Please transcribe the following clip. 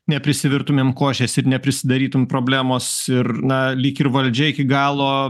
neprisivirtumėm košės ir neprisidarytum problemos ir na lyg ir valdžia iki galo